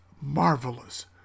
marvelous